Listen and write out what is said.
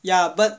ya but